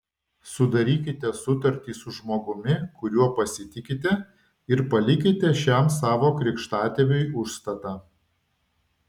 sudarykite sutartį su žmogumi kuriuo pasitikite ir palikite šiam savo krikštatėviui užstatą